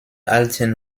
alten